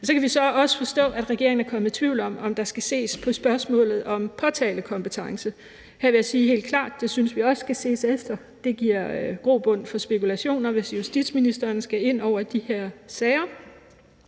Så kan vi også forstå, at regeringen er kommet i tvivl om, om der skal ses på spørgsmålet om påtalekompetence. Her vil jeg helt klart sige, at vi også synes, at det skal ses efter, for det giver grobund for spekulationer, hvis justitsministeren skal ind over de her sager.